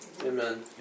Amen